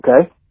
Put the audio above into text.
okay